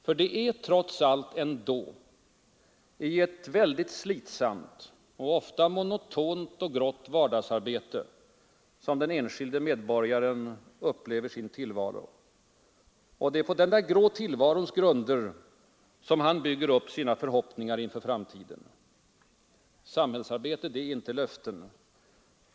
För det är trots allt i ett väldigt slitsamt och ofta monotont och grått vardagsarbete som den enskilde upplever sin tillvaro, och det är på den där grå tillvarons grunder som han bygger upp sina förhoppningar inför framtiden. Samhällsarbete är inte löften.